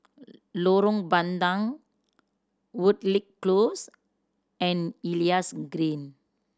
Lorong Bandang Woodleigh Close and Elias Green